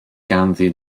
ganddi